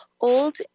old